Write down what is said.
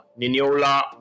Niniola